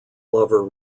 lover